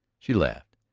she laughed,